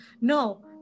No